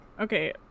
Okay